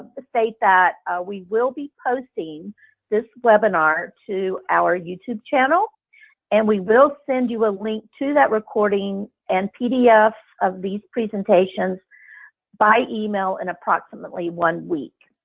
state that we will be posting this webinar to our youtube channel and we will send you a link to that recording and pdf of these presentations by email in approximately one week.